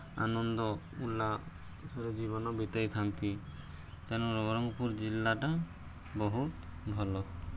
ଆନନ୍ଦ ଉଲ୍ଲାସରେ ଜୀବନ ବିତାଇଥାନ୍ତି ତେଣୁ ନବରଙ୍ଗପୁର ଜିଲ୍ଲାଟା ବହୁତ ଭଲ